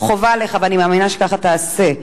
חובה עליך, ואני מאמינה שככה תעשה,